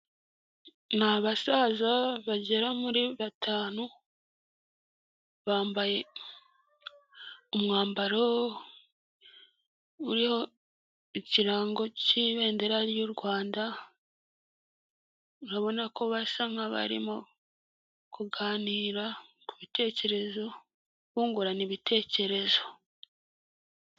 Ni abasaza bagera muri batanu, bambaye umwambaro uriho ikirango cy'ibendera ry'u Rwanda, urabona ko basa nk'abarimo kuganira ku bitekerezo bungurana ibitekerezo.